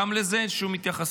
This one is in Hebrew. גם לזה אין שום התייחסות.